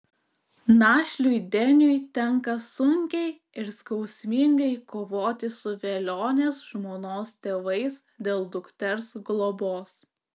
našliui deniui tenka sunkiai ir skausmingai kovoti su velionės žmonos tėvais dėl dukters globos